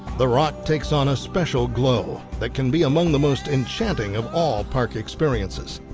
the rock takes on a special glow that can be among the most enchanting of all park experiences.